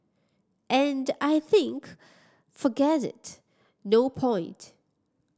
and I think forget it no point